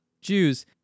Jews